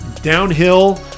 Downhill